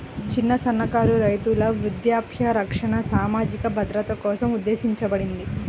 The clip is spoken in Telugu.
చిన్న, సన్నకారు రైతుల వృద్ధాప్య రక్షణ సామాజిక భద్రత కోసం ఉద్దేశించబడింది